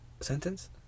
Sentence